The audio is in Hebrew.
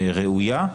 ראויה.